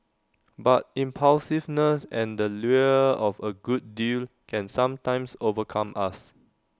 but impulsiveness and the lure of A good deal can sometimes overcome us